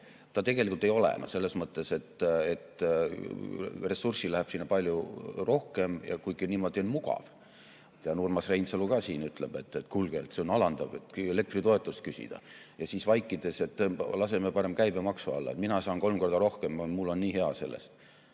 ta tegelikult ei ole. Ressurssi läheb sinna palju rohkem. Kuigi niimoodi on mugav. Urmas Reinsalu ka siin ütleb, et kuulge, see on alandav, et elektritoetust küsida, ja siis [vaikselt], et laseme parem käibemaksu alla. Mina saan kolm korda rohkem, mul on nii hea sellest